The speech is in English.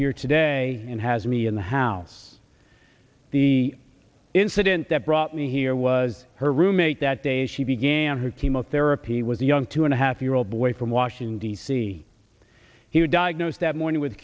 here today and has me in the house the incident that brought me here was her roommate that day she began her chemotherapy was a young two and a half year old boy from washington d c he was diagnosed that morning with